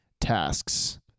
tasks